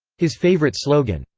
his favorite slogan,